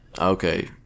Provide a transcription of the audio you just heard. Okay